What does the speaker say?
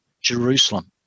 Jerusalem